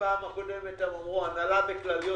בישיבה הקודמת הם אמרו: הנהלה וכלליות.